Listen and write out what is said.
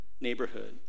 neighborhood